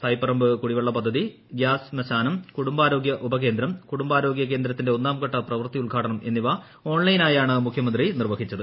തൈപ്പറമ്പ് കുടിവെള്ള പദ്ധതി ഗ്യാസ് ശ്മശാനം കുടുംബാരോഗൃ ഉപ്ക്കേന്ദ്രം കുടുംബാരോഗൃ കേന്ദ്രത്തിന്റെ ഒന്നാം ഘട്ട പ്രവൃത്തി ഉദ്ഘാടനം എന്നിവ ഓൺലൈനായാണ് മുഖ്യമന്ത്രി നിർവ്പ്പിച്ചത്